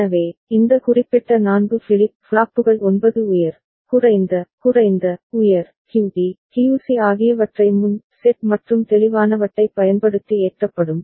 எனவே இந்த குறிப்பிட்ட 4 ஃபிளிப் ஃப்ளாப்புகள் 9 உயர் குறைந்த குறைந்த உயர் க்யூடி கியூசி ஆகியவற்றை முன் செட் மற்றும் தெளிவானவற்றைப் பயன்படுத்தி ஏற்றப்படும்